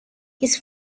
his